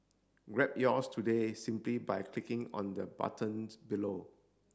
grab yours today simply by clicking on the buttons below